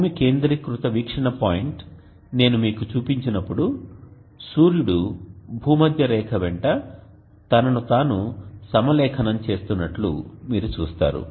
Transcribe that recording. భూమి కేంద్రీకృత వీక్షణ పాయింట్ నేను మీకు చూపించినప్పుడు సూర్యుడు భూమధ్య రేఖ వెంట తనను తాను సమలేఖనం చేస్తున్నట్లు మీరు చూస్తారు